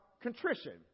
contrition